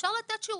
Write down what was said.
שאפשר לתת שירותים.